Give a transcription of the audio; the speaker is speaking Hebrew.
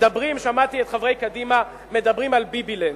שמעתי את חברי קדימה מדברים על "ביבילנד".